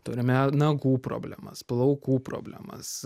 turime nagų problemas plaukų problemas